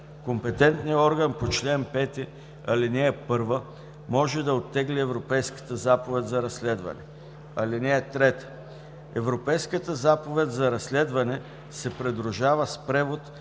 компетентният орган по чл. 5, ал. 1 може да оттегли Европейската заповед за разследване. (3) Европейската заповед за разследване се придружава с превод